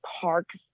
parks